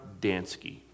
Dansky